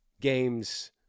games